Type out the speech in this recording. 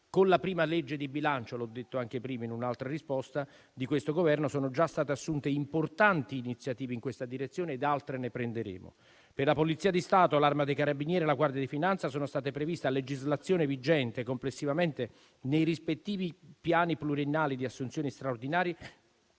Con la prima legge di bilancio di questo Governo - l'ho detto anche prima in un'altra risposta - sono già state assunte importanti iniziative in questa direzione ed altre ne prenderemo. Per la Polizia di Stato, l'Arma dei carabinieri e la Guardia di finanza sono state previste, a legislazione vigente, complessivamente nei rispettivi piani pluriennali di assunzione straordinaria,